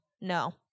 No